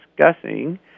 discussing